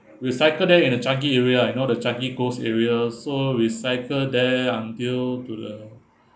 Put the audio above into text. we cycle there in the changi area you know the changi coast area so we cycle there until to the